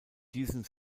diesem